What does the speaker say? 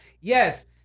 Yes